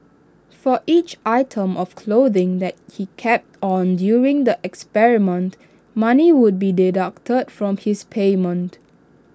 for each item of clothing that he kept on during the experiment money would be deducted from his payment